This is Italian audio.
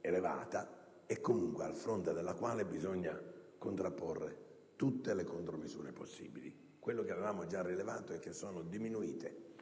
elevata e a fronte della quale bisogna comunque contrapporre tutte le contromisure possibili. Quello che avevamo già rilevato è che sono diminuite